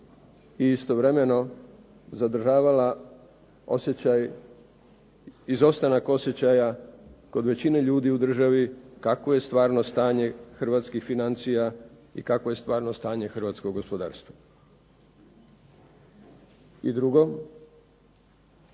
i istovremeno zadržavala osjećaj, izostanak osjećaja kod većine ljudi u državi kakvo je stvarno stanje hrvatskih financija i kakvo je stanje hrvatskog gospodarstva. I drugo,